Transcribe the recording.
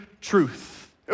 truth